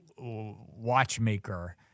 watchmaker